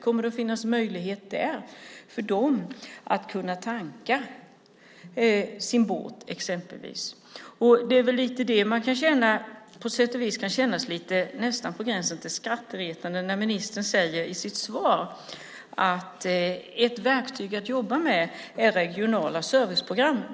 Kommer det att finnas möjlighet för turisterna och de som finns allra längst ut i skärgården att tanka sin båt i sommar? Det kan nästan kännas på gränsen till skrattretande när ministern säger i sitt svar att ett verktyg att jobba med är regionala serviceprogram.